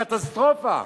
קטסטרופה.